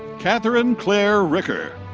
catherine claire ricker.